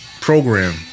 Program